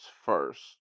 first